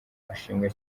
ashimwe